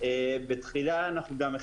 אין להם זמן